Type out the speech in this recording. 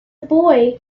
boy